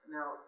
Now